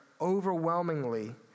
overwhelmingly